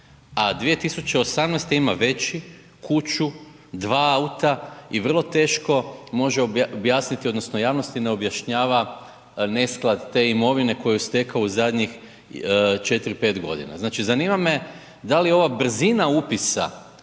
a 2018. ima veći, kuću, dva auta i vrlo teško može objasniti odnosno javnosti ne objašnjava nesklad te imovine koju je stekao u zadnjih 4, 5 godina. Znači zanima me da li je ova brzina upisa